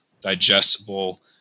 digestible